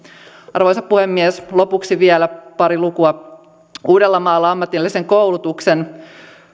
arvoisa puhemies lopuksi vielä pari lukua uudellamaalla ammatillisen koulutuksen